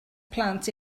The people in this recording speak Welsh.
plant